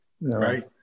Right